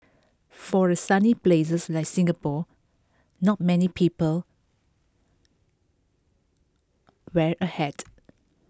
for A sunny places like Singapore not many people wear A hat